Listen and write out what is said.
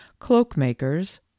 cloakmakers